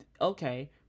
okay